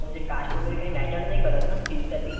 अच्छा म्हणजे काष्ट वगैरे काही मॅटर नाही करत ना फीजसाठी